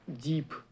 deep